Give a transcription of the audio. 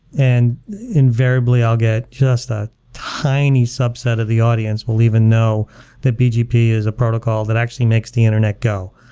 and invariably, i'll get just the tiny subset of the audience will even know that bgp is a protocol that actually makes the internet go.